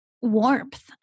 warmth